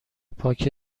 پاکه